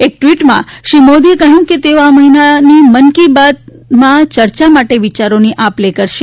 એક ટ્વિટમાં શ્રી મોદીએ કહ્યું કે તેઓ આ મહિનાની મન કી બાતમાં ચર્ચા માટે વિયારોની આપલે કરશે